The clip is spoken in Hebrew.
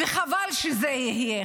וחבל שזה יהיה,